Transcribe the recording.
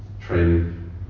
Training